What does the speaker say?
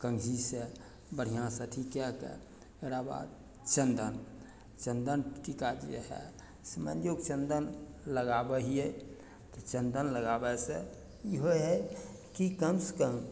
कङ्घीसँ बढ़िआँसँ अथी कएके तकराबाद चन्दन चन्दन टीका जे हइ से मानिलियौ चन्दन लगाबय हियै चन्दन लगाबय से ई होइ है की कम सँ कम